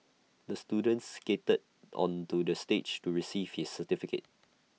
the student skated onto the stage to receive his certificate